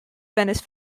venice